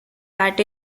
that